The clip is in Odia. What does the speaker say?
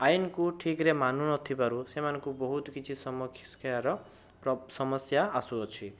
ଆଇନକୁ ଠିକରେ ମାନୁନଥିବାରୁ ସେମାନଙ୍କୁ ବହୁତ କିଛି ସମସ୍ୟର ସମସ୍ୟା ଆସୁଅଛି